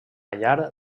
llar